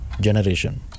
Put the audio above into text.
Generation